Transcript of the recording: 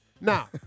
Now